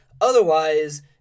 Otherwise